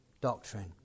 doctrine